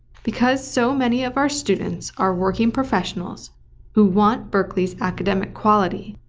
because so many of our students are working professionals who want berkeley's academic quality,